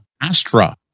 astra